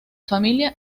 familia